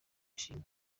ishimwe